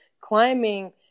climbing